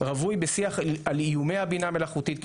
רווי בשיח על איומי הבינה המלאכותית,